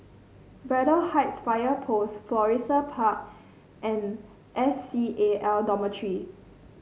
Braddell Heights Fire Post Florissa Park and S C A L Dormitory